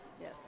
Yes